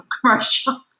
commercial